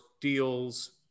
deals